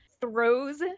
throws